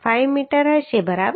5 metre હશે બરાબર